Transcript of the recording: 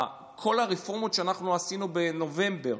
כל הרפורמות שעשינו בנובמבר,